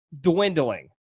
dwindling